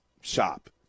shop